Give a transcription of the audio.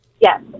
Yes